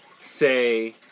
say